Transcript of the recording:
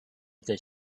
this